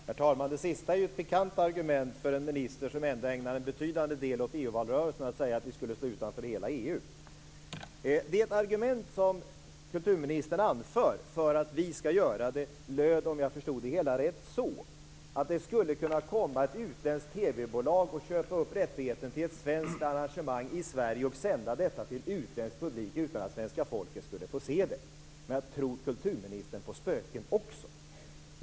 Herr talman! Det sista är ett pikant argument för en minister som ändå ägnade en betydande del av EU-valrörelsen åt att säga att vi skulle stå utanför hela EU. Det argument som kulturministern anför för att vi skall göra detta löd, om jag förstod det hela rätt, så att det skulle kunna komma ett utländskt TV-bolag och köpa upp rättigheten till ett svenskt arrangemang i Sverige och sända detta till en utländsk publik utan att svenska folket skulle få se det. Tror kulturministern på spöken också?